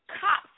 cops